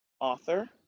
author